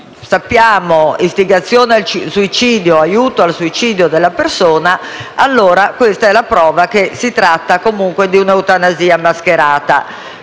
di istigazione al suicidio o aiuto al suicidio della persona, questa è la prova che si tratta comunque di un'eutanasia mascherata.